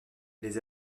les